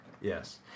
Yes